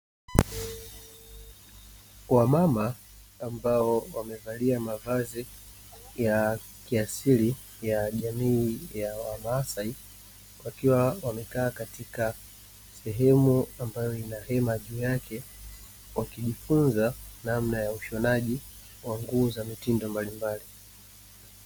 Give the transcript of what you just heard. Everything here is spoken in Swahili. Wamama ambao wamevalia mavazi ya kiasili ya jamii ya kimasai, wakiwa wamekaa katika sehemu, ambayo ina hema juu yake wakijifunza namna ya ushonaji wa nguo za kimitindo mbalimbali.